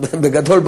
בגדול,